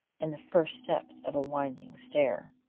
and the first steps of a winding stair.